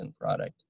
product